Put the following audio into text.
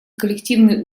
коллективные